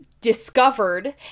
discovered